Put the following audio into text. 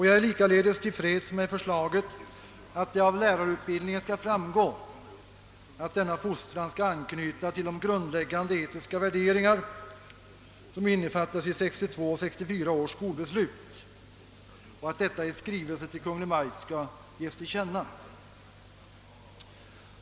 Jag är likaledes till freds med förslaget att det av lärarutbildningen skall framgå att denna fostran skall anknyta till de grundläggande etiska värderingar, som innefattas i 1962 och 1964 års skolbeslut och att detta i skrivelse till Kungl. Maj:t skall ges till känna.